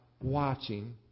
watching